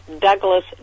Douglas